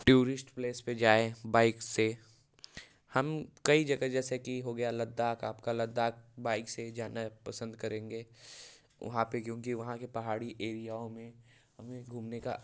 tourist place पर जाएँ bike से हम कई जगह जैसे कि हो गया लद्दाख आपका लद्दाख बाइक से जाना पसंद करेंगे वहाँ पर क्योंकि वहाँ के पहाड़ी एरियाओं में हमें घूमने का